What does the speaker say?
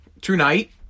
tonight